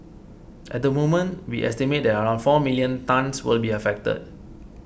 at the moment we estimate that around four million tonnes will be affected